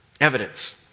Evidence